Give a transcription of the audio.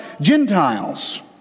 Gentiles